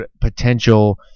potential –